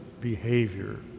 behavior